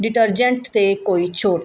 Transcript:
detergent 'ਤੇ ਕੋਈ ਛੋਟ